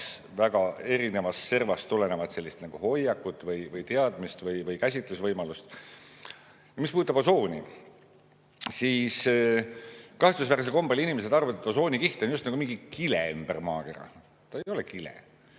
väga erinevast servast tulenevat sellist hoiakut, teadmist või käsitlusvõimalust. Mis puudutab osooni, siis kahetsusväärsel kombel inimesed arvavad, et osoonikiht on just nagu mingi kile ümber maakera. Ta ei ole kile.